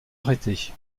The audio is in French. arrêtés